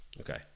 Okay